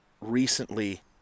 recently